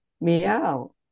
meow